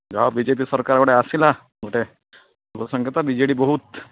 ଯାହା ହଉ ବିଜେପି ସରକାର ଗୋଟେ ଆସିଲା ଗୋଟେ ମୋ ସାଙ୍ଗେ ତ ବିଜେଡ଼ି ବହୁତ